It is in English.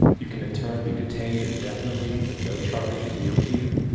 you can in turn be detained indefinitely with no charges revealed to you,